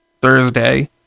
Thursday